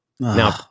Now